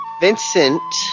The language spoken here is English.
Vincent